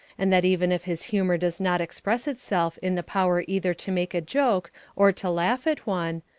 and that even if his humour does not express itself in the power either to make a joke or to laugh at one,